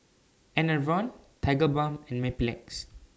Enervon Tigerbalm and Mepilex